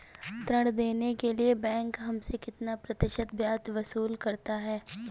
ऋण देने के लिए बैंक हमसे कितना प्रतिशत ब्याज वसूल करता है?